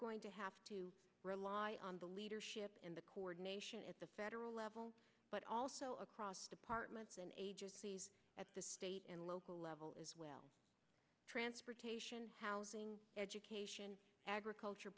going to have to rely on the leadership in the coordination at the federal level but also across departments and agencies at the state and local level as well transportation housing education agriculture